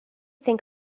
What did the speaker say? think